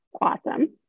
Awesome